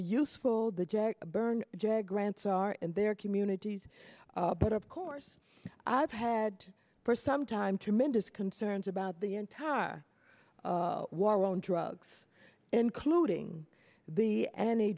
useful the jack byrne jag grants are in their communities but of course i've had for some time tremendous concerns about the entire war on drugs including the any